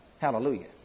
Hallelujah